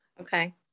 Okay